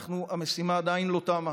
המשימה עדיין לא תמה,